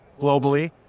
globally